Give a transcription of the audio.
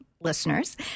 listeners